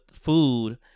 food